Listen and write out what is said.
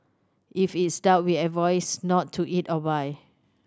if it's dark we a voice not to eat or buy